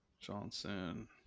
Johnson